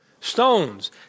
Stones